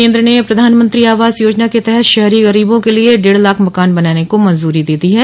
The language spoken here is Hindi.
केंद्र ने प्रधानमंत्री आवास योजना के तहत शहरी गरीबों के लिए डेढ़ लाख मकान बनाने को मंजूरी दे दी है